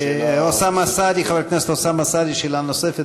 אוסאמה סעדי, חבר הכנסת אוסאמה סעדי, שאלה נוספת.